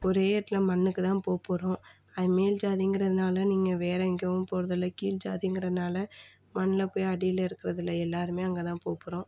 ஒரே இடத்தில் மண்ணுக்கு தான் போக போகிறோம் அது மேல் ஜாதிங்குறதுனாலே நீங்கள் வேறு எங்கேயும் போகிறதுல்ல கீழ் ஜாதிங்குறனாலே மண்ணில் போய் அடியில் இருக்குறதுல்ல எல்லாருமே அங்கே தான் போக போகிறோம்